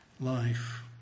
life